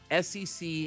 SEC